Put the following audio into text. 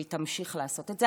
והיא תמשיך לעשות את זה.